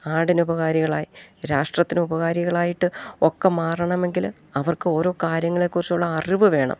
നാടിനുപകാരികളായി രാഷ്ട്രത്തിന് ഉപകാരികളായിട്ട് ഒക്കെ മാറണമെങ്കിൽ അവർക്ക് ഓരോ കാര്യങ്ങളെക്കുറിച്ചുള്ള അറിവു വേണം